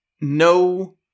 no